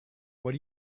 what